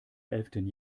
elften